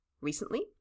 recently